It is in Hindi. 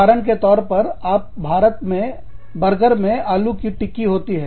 उदाहरण के तौर पर भारत में बर्गर में आलू की टिक्की होती है